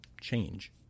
change